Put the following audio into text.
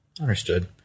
Understood